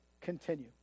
continue